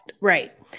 Right